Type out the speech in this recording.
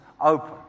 open